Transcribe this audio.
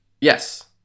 yes